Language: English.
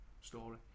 story